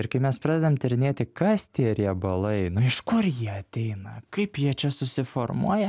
ir kai mes pradedam tyrinėti kas tie riebalai nu iš kur jie ateina kaip jie čia susiformuoja